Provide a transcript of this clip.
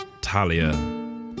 Talia